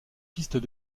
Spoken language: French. pistes